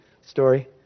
story